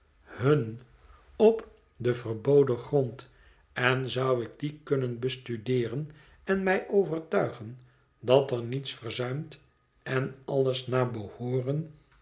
hm op den verboden grond en zou ik dien kunnen bestudeeren en mij overtuigen dat er niets verzuimd en alles naar behooren